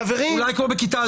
חברים --- אולי כמו בכיתה א',